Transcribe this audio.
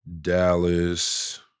Dallas